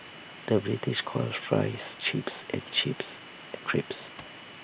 the British calls Fries Chips and Chips Crisps